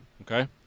Okay